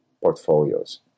portfolios